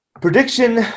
Prediction